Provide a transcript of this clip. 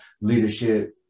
leadership